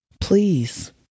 Please